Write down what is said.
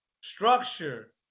structure